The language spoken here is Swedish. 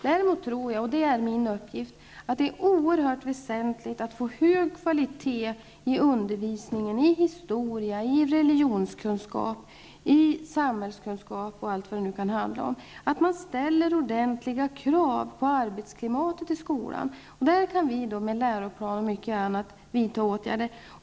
Däremot tror jag att det är oerhört väsentligt att det är hög kvalitet på undervisningen i historia, religionskunskap, samhällskunskap och mycket annat, samt att man ställer ordentliga krav på arbetsklimatet i skolan. Där kan vi med läroplan och mycket annat vidta åtgärder.